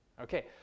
Okay